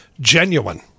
genuine